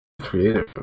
Creative